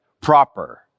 proper